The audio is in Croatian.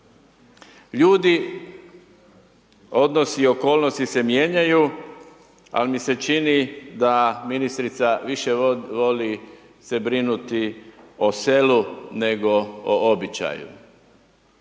Ljudi, odnosi i okolnosti se mijenjaju, ali mi se čini da ministrica više voli se brinuti o selu, nego o običaju.